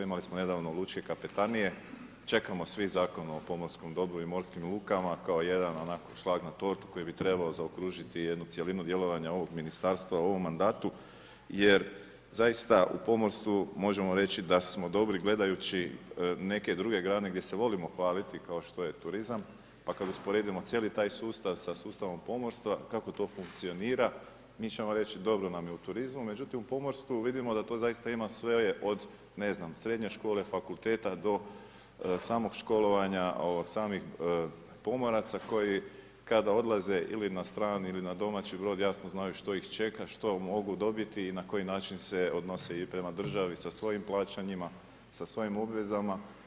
Imali smo nedavno lučke kapetanije, čekamo svi Zakon o pomorskom dobru i morskim lukama kao jedan onako, šlag na tortu koji bi trebao zaokružiti jednu cjelinu djelovanja ovog ministarstva u ovom mandatu jer zaista u pomorstvu možemo reći da smo dobri gledajući neke druge grane gdje se volimo hvaliti kao što je turizam pa kad usporedimo cijeli taj sustav sa sustavom pomorstva, kako to funkcionira, mi ćemo reći dobro nam je u turizmu, međutim u pomorstvu vidimo da to zaista ima sve od, ne znam, srednje škole, fakulteta do samog školovanja samih pomoraca koji kad odlaze ili na strani ili na domaći brod, jasno znaju što ih čeka, što mogu dobiti i na koji način se odnose i prema državi sa svojim plaćanjima, sa svojim obvezama.